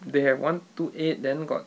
they have one two eight then got